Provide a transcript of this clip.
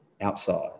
outside